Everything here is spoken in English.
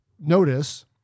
notice